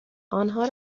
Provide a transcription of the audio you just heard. آنها